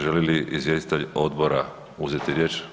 Želi li izvjestitelj odbora uzeti riječ?